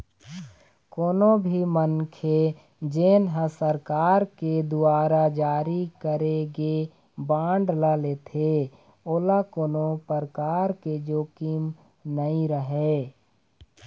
कोनो भी मनखे जेन ह सरकार के दुवारा जारी करे गे बांड ल लेथे ओला कोनो परकार के जोखिम नइ रहय